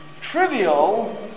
trivial